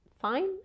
fine